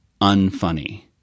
unfunny